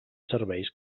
serveis